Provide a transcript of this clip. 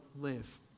live